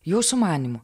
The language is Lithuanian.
jūsų manymu